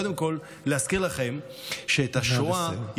קודם כול, להזכיר לכם, נא לסיים.